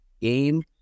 game